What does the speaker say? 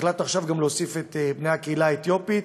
והחלטנו עכשיו גם להוסיף את בני הקהילה האתיופית,